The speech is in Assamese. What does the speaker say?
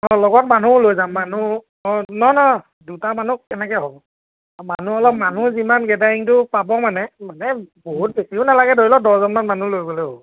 অঁ লগত মানুহো লৈ যাম মানুহ অঁ ন ন দুটা মানুহ কেনেকে হ'ব মানুহ অলপ মানুহ যিমান গেডাৰিংটো পাব মানে মানে বহুত বেছিও নালাগে ধৰি লওক দহজনমান মানুহ লৈ গলে হ'ব